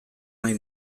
nahi